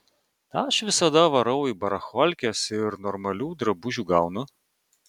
aš visada varau į baracholkes ir normalių drabužių gaunu